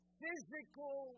physical